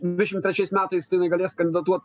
dvidešimt trečiais metais tai jinai galės kandidatuot